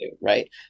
right